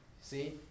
See